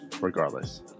regardless